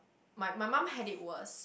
my my mum had it worse